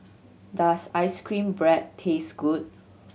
does ice cream bread taste good